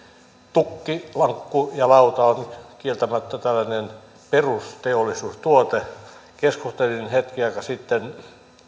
tukki lankku ja lauta ovat kieltämättä tällaisia perusteollisuustuotteita keskustelin hetken aikaa sitten